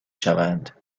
شوند